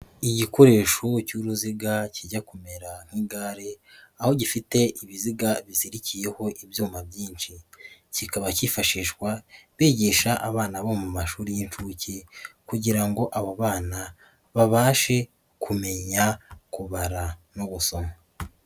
Igikoresho cy'uruziga kijya kumera nk'igare, aho gifite ibiziga bizirikiyeho ibyuma byinshi. Kikaba kifashishwa bigisha abana bo mu mashuri y'inshuke, kugira ngo abo bana babashe kumenya kubara no gusoma.